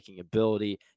ability